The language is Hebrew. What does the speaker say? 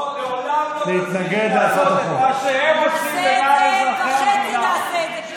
לעולם לא תצליחי לעשות את מה שהם עושים למען אזרחי המדינה.